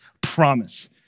promise